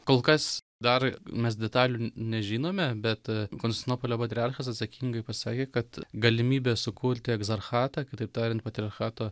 kol kas dar mes detalių nežinome bet konstantinpolio patriarchas atsakingai pasakė kad galimybė sukurti egzerchatą kitaip tariant patriarchato